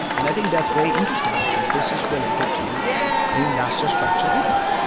and i think that's very interesting because this is related to the industrial structure of italy.